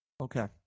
okay